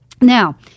Now